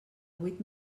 vuit